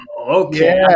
Okay